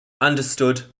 understood